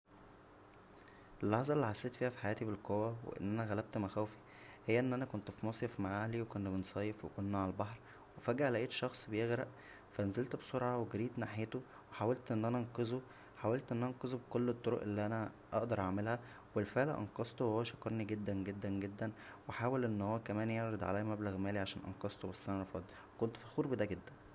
اللحظه اللى حسيت فيها فحياتى بالقوه و ان انا غلبت مخاوفى هى ان انا كنت فمصيف مع اهلى وكنا بنصيف وكنا عالبحر وفجاه لقيت شخص بيغرق فنزلت بسرعه وجريت ناحيته وحاولت ان انا انقذه حاولت ان انا انقذه بكل الطرق اللى انا اقدر اعملها وبالفعل انقذته وهو شكرنى جدا جدا جدا وحاول ان هو كمان يعرض عليا مبلغ الى عشان انقذته بس انا رفضت كنت فخور بدا جدا